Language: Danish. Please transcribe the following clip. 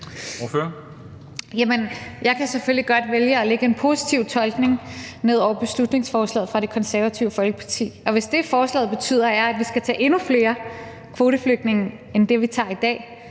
jeg kan selvfølgelig godt vælge at lægge en positiv tolkning ned over beslutningsforslaget fra Det Konservative Folkeparti, og hvis det, forslaget betyder, er, at vi skal tage endnu flere kvoteflygtninge end dem, vi tager i dag,